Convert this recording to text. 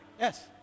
Yes